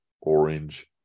orange